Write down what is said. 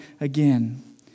again